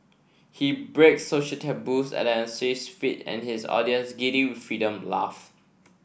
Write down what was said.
he breaks social taboos at an unsafe speed and his audience giddy with freedom laugh